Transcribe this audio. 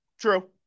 True